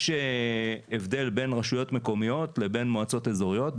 יש הבדל בין רשויות מקומיות לבין מועצות אזוריות.